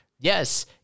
Yes